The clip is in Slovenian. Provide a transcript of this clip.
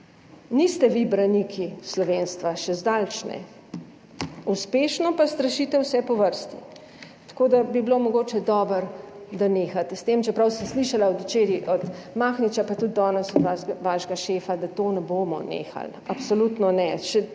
Niste vi braniki slovenstva, še zdaleč ne, uspešno pa strašite vse po vrsti. Tako da bi bilo mogoče dobro, da nehate s tem, čeprav sem slišala od včeraj, od Mahniča pa tudi danes od vašega šefa, da to ne bomo nehali, absolutno ne,